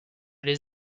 les